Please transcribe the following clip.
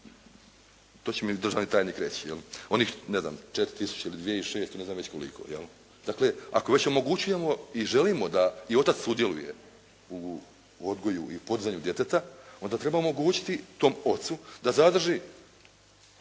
to će mi državni tajnik reći, onih 4 tisuće ili dvije i šesto, ne znam već koliko. Dakle, ako već omogućujemo i želimo da i otac sudjeluje u odgoju i podizanju djeteta, onda treba omogućiti tom ocu da zadrži